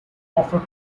offer